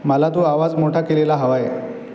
मला तू आवाज मोठा केलेला हवा आहे